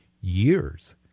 years